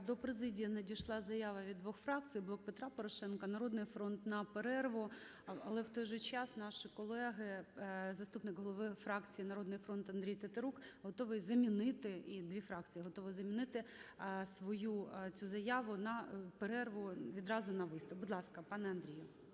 до президії надійшла заява від двох фракцій – "Блок Петра Порошенка", "Народний фронт" – на перерву. Але в той же час наші колеги, заступник голови фракції "Народний фронт" Андрій Тетерук, готовий замінити, і дві фракції готові замінити, свою цю заяву на перерву, відразу на виступ. Будь ласка, пане Андрію.